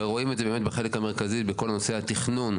ורואים את זה באמת בחלק המרכזי בכל נושא התכנון,